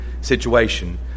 situation